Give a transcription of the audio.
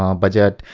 um budget,